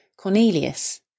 Cornelius